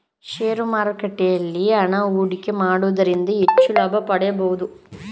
share ಮಾರುಕಟ್ಟೆಯಲ್ಲಿ ಹಣ ಹೂಡಿಕೆ ಮಾಡುವುದರಿಂದ ಹೆಚ್ಚು ಲಾಭ ಪಡೆಯಬಹುದು